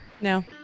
No